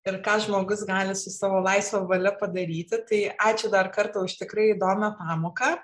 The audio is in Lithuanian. ir ką žmogus gali savo laisva valia padaryti tai ačiū dar kartą už tikrai įdomią pamoką